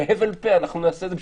בהבל פה נעשה את זה,